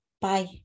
Bye